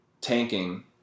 tanking